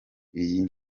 iyi